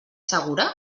segura